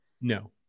No